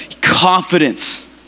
confidence